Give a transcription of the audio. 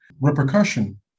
repercussion